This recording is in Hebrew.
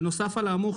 נוסף על האמור,